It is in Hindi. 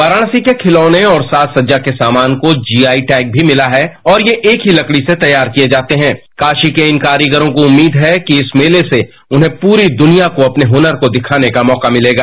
वाराणसी के खिलौने और साज सज्जा के सामान को जी आई टैग भी मिला है और यह एक ही लकड़ी से तैयार किए जाते हैं काशी के कारीगरों को उम्मीद है कि इस मेले से उन्हें पूरी दुनिया को अपने हुनर को दिखाने का मौका मिलेगा